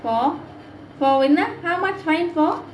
for for என்ன:enna how much fine for